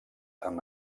amb